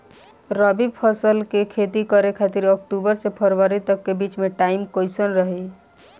रबी फसल के खेती करे खातिर अक्तूबर से फरवरी तक के बीच मे टाइम कैसन रही?